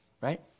right